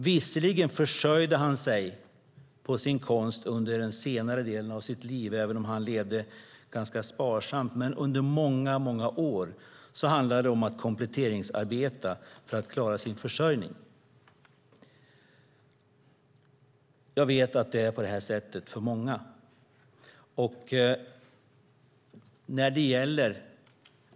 Visserligen försörjde han sig på sin konst under senare delen av sitt liv, även om han levde ganska sparsamt, men under många år handlade det om att kompletteringsarbeta för att klara försörjningen. Jag vet att det är så för många.